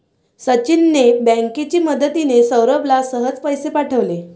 सचिनने बँकेची मदतिने, सौरभला सहज पैसे पाठवले